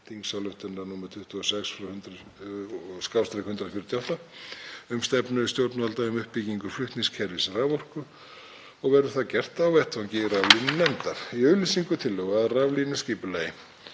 þingsályktunar nr. 26/148, um stefnu stjórnvalda um uppbyggingu flutningskerfis raforku, og verður það gert á vettvangi raflínunefndar. Í auglýsingu tillögu að raflínuskipulagi